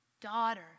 Daughter